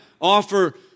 Offer